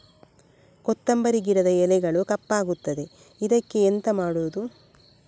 ಕೊತ್ತಂಬರಿ ಗಿಡದ ಎಲೆಗಳು ಕಪ್ಪಗುತ್ತದೆ, ಇದಕ್ಕೆ ಎಂತ ಮಾಡೋದು?